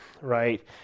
right